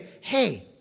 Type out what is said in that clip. hey